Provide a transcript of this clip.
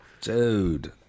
Dude